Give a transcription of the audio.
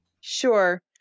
Sure